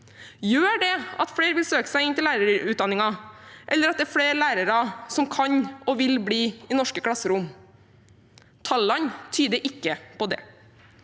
Gjør det at flere vil søke seg til lærerutdanningen, eller at det er flere lærere som kan og vil bli i norske klasserom? Tallene tyder ikke på det.